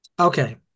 Okay